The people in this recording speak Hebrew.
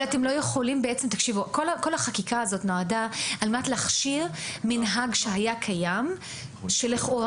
כל החקיקה הזאת נועדה על מנת להכשיר מנהג שהיה קיים לכאורה,